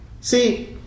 See